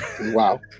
Wow